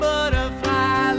Butterfly